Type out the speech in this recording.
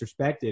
disrespected